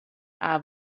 are